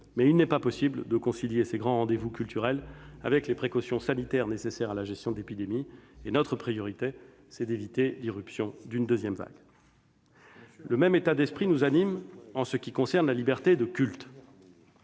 Mais il n'est pas possible de concilier ces grands rendez-vous culturels avec les précautions sanitaires nécessaires à la gestion de l'épidémie. Notre priorité, c'est d'éviter l'irruption d'une deuxième vague. Le même état d'esprit nous anime en ce qui concerne la liberté de culte.